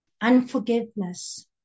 unforgiveness